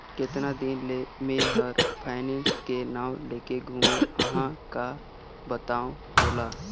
केतना दिन ले मे हर फायनेस के नाव लेके घूमें अहाँ का बतावं तोला